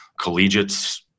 collegiates